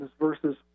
versus